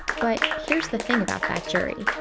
but here's the thing about that jury.